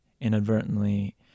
inadvertently